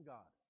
God